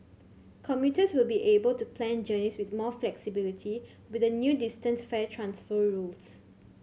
commuters will be able to plan journeys with more flexibility with the new distance fare transfer rules